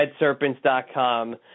RedSerpents.com